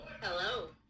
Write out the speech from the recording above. Hello